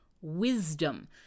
wisdom